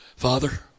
Father